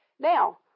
Now